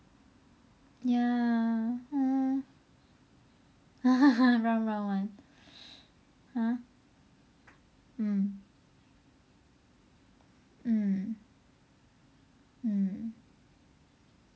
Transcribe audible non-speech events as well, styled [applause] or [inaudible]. ya !aww! [laughs] round round one !huh! mm mm mm